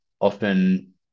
Often